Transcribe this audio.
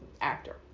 actor